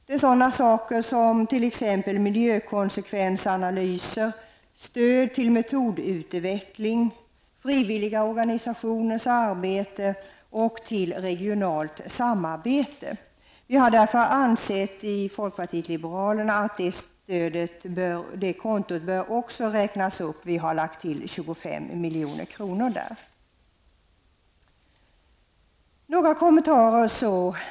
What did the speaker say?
Det rör sig t.ex. om miljökonsekvensanalyser, om stöd till metodutveckling, om frivilliga organisationers arbete och om regionalt samarbete. Vi i folkpartiet anser att en uppräkning bör ske beträffande detta konto. Vi har således lagt till 25 milj.kr. i det sammanhanget.